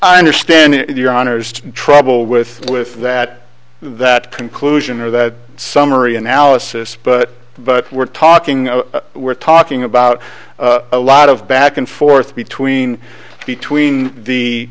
to trouble with with that that conclusion or that summary analysis but but we're talking we're talking about a lot of back and forth between between the